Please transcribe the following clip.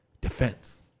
defense